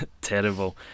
Terrible